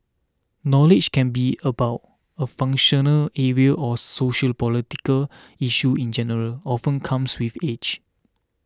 knowledge can be about a functional area or sociopolitical issues in general often comes with age